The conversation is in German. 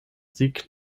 sieg